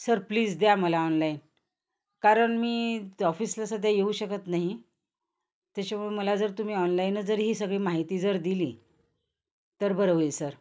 sir please द्या मला online कारण मी ऑफिसला सध्या येऊ शकत नाही त्याच्यामुळे मला जर तुम्ही ऑनलाईनच जर ही सगळी माहिती जर दिली तर बरं होईल सर